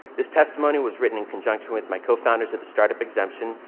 this testimony was written in conjunction with my cofounders at the startup exemption,